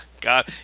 God